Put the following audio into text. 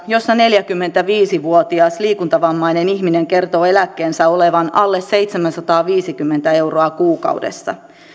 jossa neljäkymmentäviisi vuotias liikuntavammainen ihminen kertoo eläkkeensä olevan alle seitsemänsataaviisikymmentä euroa kuukaudessa